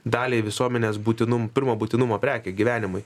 daliai visuomenės būtinum pirmo būtinumo prekė gyvenimui